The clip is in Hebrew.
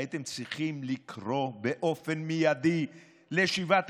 הייתם צריכים לקרוא באופן מיידי לשבעת